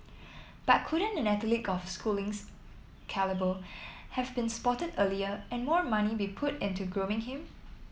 but couldn't an athlete of Schooling's calibre have been spotted earlier and more money be put into grooming him